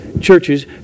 churches